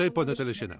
taip ponia telešiene